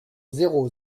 zéro